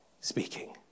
speaking